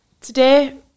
Today